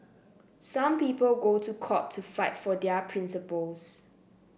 some people go to court to fight for their principles